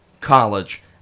college